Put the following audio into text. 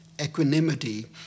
equanimity